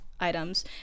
Items